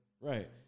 Right